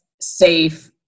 safe